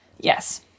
Yes